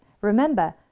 Remember